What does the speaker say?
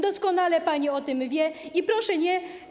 Doskonale pani o tym wie i proszę nie.